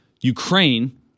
Ukraine